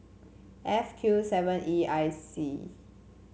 F Q seven E I C